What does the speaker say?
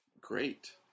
great